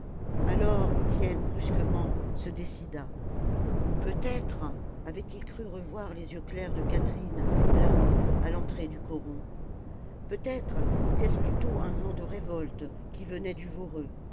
alors étienne brusquement se décida peut-être avait-il cru revoir les yeux clairs de catherine là-haut à l'entrée du coron peut-être était-ce plutôt un vent de révolte qui venait du voreux